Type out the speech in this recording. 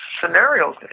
scenarios